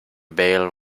ball